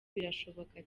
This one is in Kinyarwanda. birashoboka